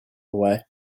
away